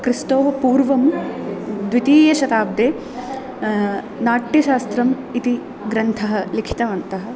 क्रिस्तोः पूर्वं द्वितीयशताब्दे नाट्यशास्त्रम् इति ग्रन्थं लिखितवन्तः